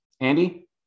Andy